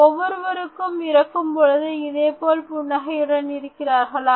ஒவ்வொருவரும் இறக்கும் பொழுது இதேபோல் புன்னகையுடன் இருக்கிறார்களா